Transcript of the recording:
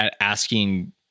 asking